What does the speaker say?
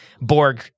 Borg